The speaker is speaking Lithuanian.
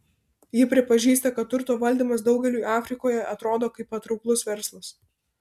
ji pripažįsta kad turto valdymas daugeliui afrikoje atrodo kaip patrauklus verslas